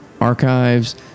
archives